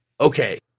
okay